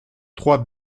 trois